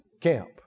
camp